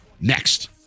next